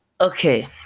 Okay